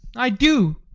i do.